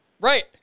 Right